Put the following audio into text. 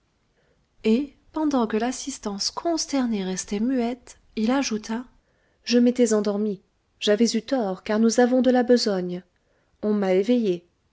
et pendant que l'assistance consternée restait muette il ajouta je m'étais endormi j'avais eu tort car nous avons de la besogne on m'a éveillé